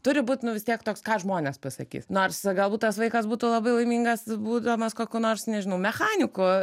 turi būt nu vis tiek toks ką žmonės pasakys nors galbūt tas vaikas būtų labai laimingas būdamas kokiu nors nežinau mechaniku